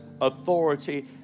authority